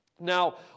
Now